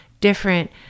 different